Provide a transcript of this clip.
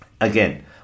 Again